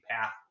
path